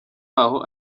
aho